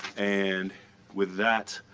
and with that,